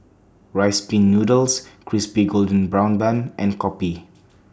Rice Pin Noodles Crispy Golden Brown Bun and Kopi